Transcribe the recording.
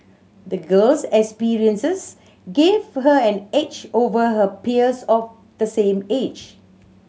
the girl's experiences gave her an edge over her peers of the same age